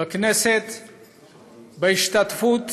בוועדה בהשתתפות